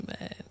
man